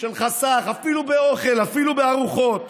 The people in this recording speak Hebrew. של חסך, אפילו באוכל, אפילו בארוחות.